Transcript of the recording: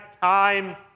time